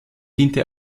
diente